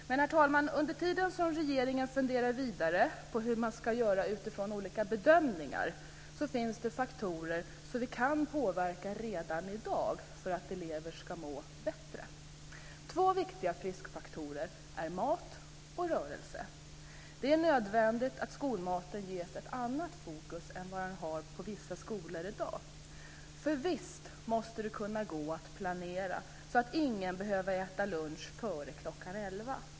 Men, herr talman, under tiden som regeringen funderar vidare på hur man ska göra utifrån olika bedömningar finns det faktorer som vi kan påverka redan i dag för att elever ska må bättre. Två viktiga friskfaktorer är mat och rörelse. Det är nödvändigt att skolmaten ges ett annat fokus än vad den har på vissa skolor i dag. Visst måste det gå att planera så att ingen behöver äta lunch före kl. 11.